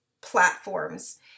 platforms